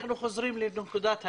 אנחנו חוזרים לנקודת האפס.